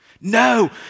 No